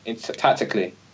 tactically